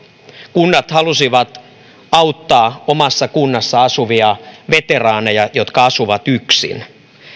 kunnat halusivat auttaa omassa kunnassa asuvia veteraaneja jotka asuvat yksin